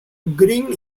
green